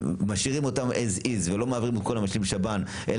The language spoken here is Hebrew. משאירים אותם as is ולא מעבירים את כל המשלים שב"ן אלא